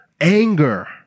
anger